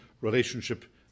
relationship